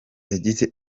yagize